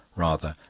rather,